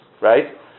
Right